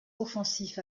offensif